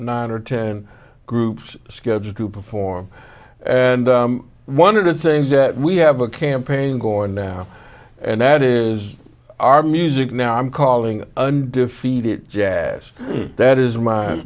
nine or ten groups scheduled to perform and one of the things that we have a campaign going now and that is our music now i'm calling undefeated jazz that is